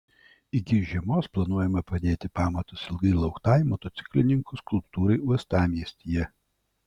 iki žiemos planuojama padėti pamatus ilgai lauktai motociklininkų skulptūrai uostamiestyje